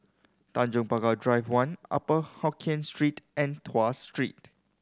Tanjong Pagar Drive One Upper Hokkien Street and Tuas Street